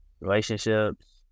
relationships